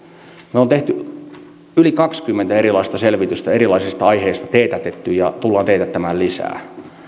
me olemme tehneet yli kaksikymmentä erilaista selvitystä erilaisista aiheista teetätetty ja tullaan teetättämään lisää